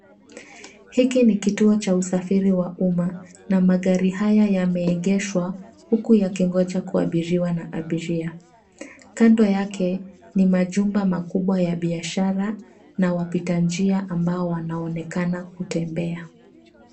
Hiki ni kituo cha usafiri wa umma na magari haya yameegeshwa huku yakingoja kuabiriwa na abiria. Kando yake ni majumba makubwa ya biashara na wapita njia ambao wanaonekana kutembea.